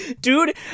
Dude